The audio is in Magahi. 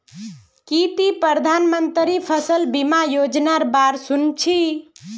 की ती प्रधानमंत्री फसल बीमा योजनार बा र सुनील छि